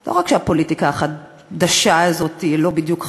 לא רק שהפוליטיקה החדשה הזאת היא לא בדיוק חדשה,